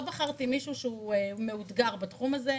לא בחרתי מישהו שהוא מאותגר בתחום הזה.